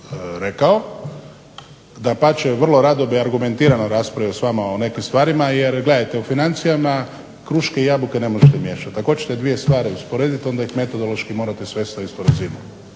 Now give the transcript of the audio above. rekao. Dapače, vrlo rado bih argumentirano raspravio s vama o nekim stvarima jer gledajte u financijama kruške i jabuke ne možete miješati. Ako hoćete dvije stvari usporediti onda ih metodološki morate svesti na istu razinu.